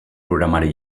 programari